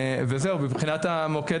וזהו מבחינת המוקד